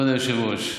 כבוד היושב-ראש,